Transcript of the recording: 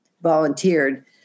volunteered